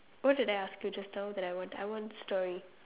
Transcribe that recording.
what did I ask you just now that I want I want story